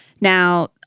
Now-